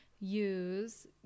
use